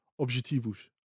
objetivos